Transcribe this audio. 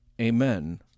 Amen